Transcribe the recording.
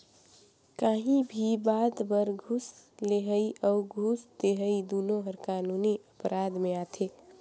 काहीं भी बात बर घूस लेहई अउ घूस देहई दुनो हर कानूनी अपराध में आथे